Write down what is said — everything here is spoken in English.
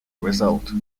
result